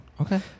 Okay